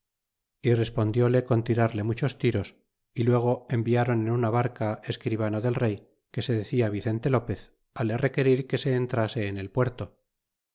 y respondiále con tirarle muchos tiros y luego enviáron en una barca escribano del rey que se decía vicente lopez le requerir que se entrase en el puerto